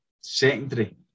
secondary